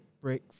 break